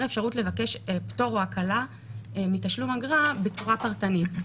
אפשרות לבקש פטור או הקלה מתשלום אגרה בצורה פרטנית.